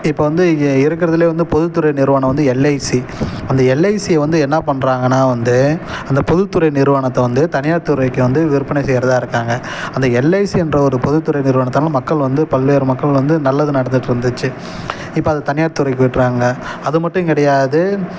இப்போது வந்து இங்கே இருக்கறதில் வந்து பொதுத்துறை நிறுவனம் வந்து எல்ஐசி அந்த எல்ஐசியை வந்து என்ன பண்றாங்கன்னால் வந்து அந்த பொதுத்துறை நிறுவனத்தை வந்து தனியார் துறைக்கு வந்து விற்பனை செய்கிறதா இருக்காங்க அந்த எல்ஐசி என்ற ஒரு பொதுத்துறை நிறுவனத்தால் மக்கள் வந்து பல்வேறு மக்கள் வந்து நல்லது நடந்துட்டு இருந்துச்சு இப்போ அதை தனியார் துறைக்கு விடுறாங்க அது மட்டும் கிடையாது